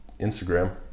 Instagram